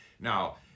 Now